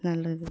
நல்லது